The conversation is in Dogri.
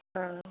हां